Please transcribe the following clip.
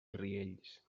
riells